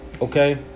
okay